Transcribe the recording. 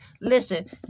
Listen